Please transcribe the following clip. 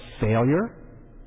failure